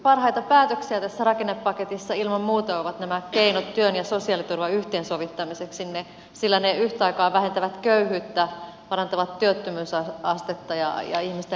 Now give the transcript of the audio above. parhaita päätöksiä tässä rakennepaketissa ilman muuta ovat nämä keinot työn ja sosiaaliturvan yhteensovittamiseksi sillä ne yhtä aikaa vähentävät köyhyyttä parantavat työttömyysastetta ja ihmisten elämänlaatua